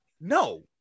No